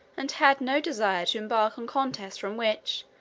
and had no desire to embark in contests from which,